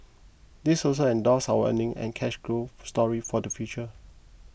this also endorses our earning and cash growth story for the future